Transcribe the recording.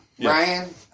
Ryan